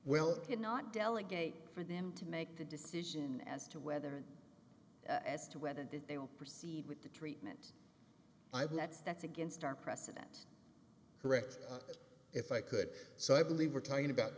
could not delegate for them to make the decision as to whether and as to whether that they will proceed with the treatment i've met that's against our precedent correct it if i could so i believe we're talking about